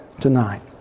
tonight